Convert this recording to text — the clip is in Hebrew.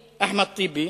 אני אחמד טיבי,